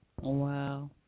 Wow